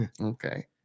Okay